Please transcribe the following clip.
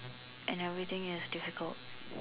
and everything is difficult